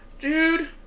Dude